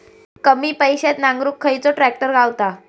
कमी पैशात नांगरुक खयचो ट्रॅक्टर गावात?